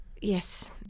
Yes